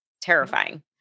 terrifying